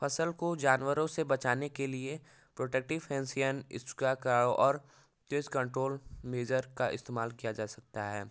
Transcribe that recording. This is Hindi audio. फसल को जानवरों से बचाने के लिए प्रोटेक्टिव फेंसियन इस्क्वाय का और पेस्ट कंट्रॉल मेजर का इस्तेमाल किया जा सकता है